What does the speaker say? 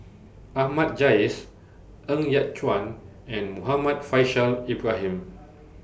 Ahmad Jais Ng Yat Chuan and Muhammad Faishal Ibrahim